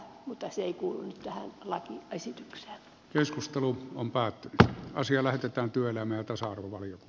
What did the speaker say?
mutta se ei kuulunut laki esityksiä keskustelu on päättynyt ja asia lähetetään työelämä ja tasa arvon